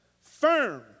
Firm